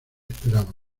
esperaban